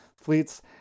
fleets